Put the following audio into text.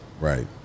right